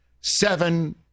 seven